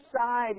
side